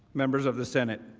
members of the senate.